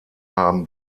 haben